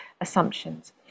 assumptions